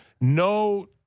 No